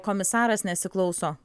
komisaras nesiklauso